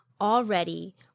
already